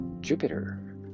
Jupiter